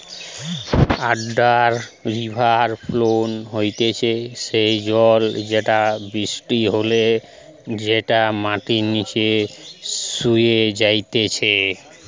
under river flow হতিছে সেই জল যেটা বৃষ্টি হলে যেটা মাটির নিচে শুষে যাইতিছে